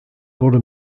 wurde